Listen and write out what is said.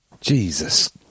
jesus